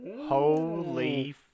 Holy